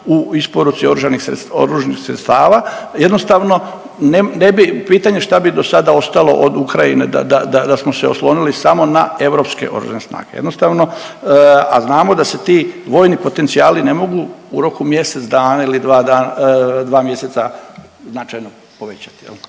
u isporuci oružanih sredstava, jednostavno ne bi, pitanje što bi do sada ostalo od Ukrajine da smo se oslonili samo na europske oružane snage. Jednostavno, a znamo da se ti vojni potencijali ne mogu u roku mjesec dana ili dva dana, dva mjeseca značajno povećati.